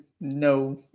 No